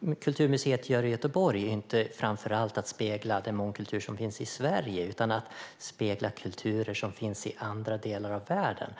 Världskulturmuseet i Göteborg gör är dock inte framför allt att spegla den mångkultur som finns i Sverige utan att spegla kulturer som finns i andra delar av världen.